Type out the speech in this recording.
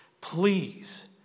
Please